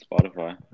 Spotify